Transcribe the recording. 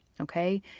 Okay